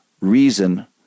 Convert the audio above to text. reason